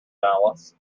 alice